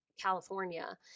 California